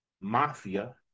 mafia